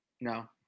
No